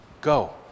Go